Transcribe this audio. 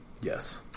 Yes